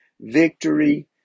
Victory